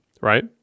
right